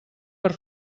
per